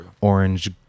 orange